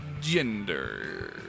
Gender